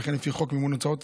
ולכן לפי חוק מימון הוצאות